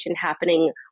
happening